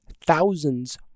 thousands